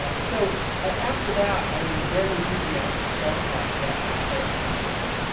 ah so after that, i was a very enthusiastic self-taught chef for for many years.